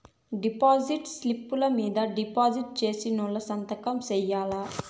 deposit స్లిప్పులు మీద deposit సేసినోళ్లు సంతకం సేయాల్ల